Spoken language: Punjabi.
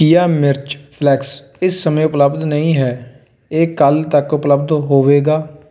ਕੀਆ ਮਿਰਚ ਫਲੈਕਸ ਇਸ ਸਮੇਂ ਉਪਲਬਧ ਨਹੀਂ ਹੈ ਇਹ ਕੱਲ੍ਹ ਤੱਕ ਉਪਲਬਧ ਹੋਵੇਗਾ